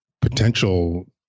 potential